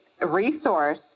resource